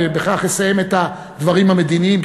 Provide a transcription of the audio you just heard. ובכך אסיים את הדברים המדיניים,